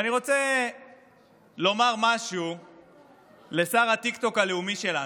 ואני רוצה לומר משהו לשר הטיקטוק הלאומי שלנו: